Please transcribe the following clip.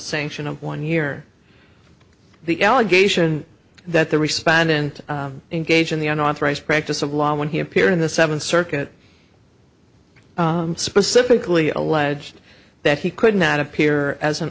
sanction of one year the allegation that the respondent engaged in the unauthorized practice of law when he appeared in the seventh circuit specifically alleged that he could not appear as an